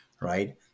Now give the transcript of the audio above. right